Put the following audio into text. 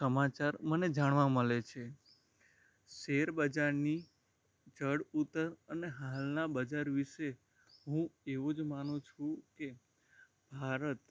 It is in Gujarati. સમાચાર મને જાણવા મળે છે શેર બજાર ની ચડ ઉતર અને હાલનાં બજાર વિષે હું એવું જ માનું છું કે ભારત